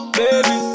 baby